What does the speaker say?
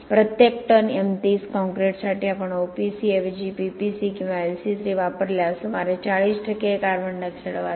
प्रत्येक ton M30 कॉंक्रिटसाठी आपण OPC ऐवजी PPC किंवा LC3 वापरल्यास सुमारे 40 कार्बन डायॉक्साइड वाचवू